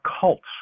cults